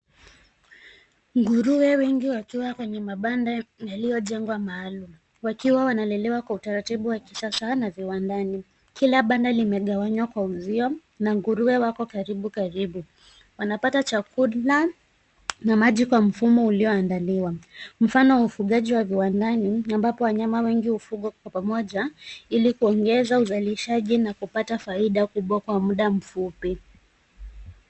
Nguruwe wengi wakiwa kwenye mabanda yaliyojengwa maalum wakiwa wanalelewa kwa utaratibu wa kisasa na viwandani. Kila banda limegawanywa kwa uzio na nguruwe wako karibu karibu. Wanapata chakula na maji kwa mfumo ulioandaliwa. Mfano wa viwandani ambapo wanyama wengi hufugwa kwa pamoja ili kuongeza uzalishaji na kupata faida kubwa kwa muda mifupi.